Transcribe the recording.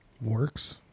Works